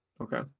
Okay